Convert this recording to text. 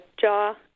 jaw